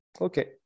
okay